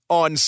on